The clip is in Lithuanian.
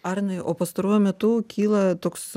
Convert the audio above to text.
arnai o pastaruoju metu kyla toks